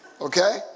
okay